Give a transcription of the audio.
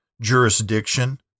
jurisdiction